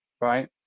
right